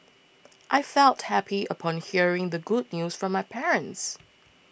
I felt happy upon hearing the good news from my parents